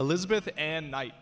elizabeth and knight